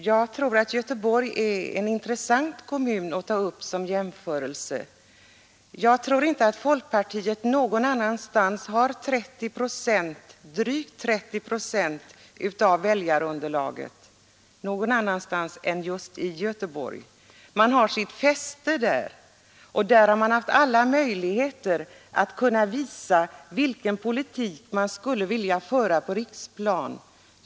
Herr talman! Göteborg är en intressant kommun att ta upp som jämförelse. Jag tror inte att folkpartiet någon annanstans än just i Göteborg har drygt 30 procent av väljarunderlaget. Man har sitt fäste där, och där har man haft alla möjligheter att visa vilken politik man skulle vilja föra på riksplanet.